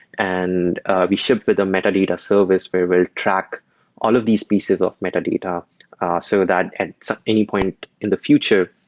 and we ship with a metadata service where we'll track all of these pieces of metadata so that at any point in the future,